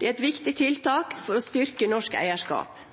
et viktig tiltak for å styrke norsk eierskap.